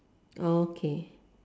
okay